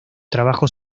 trabajo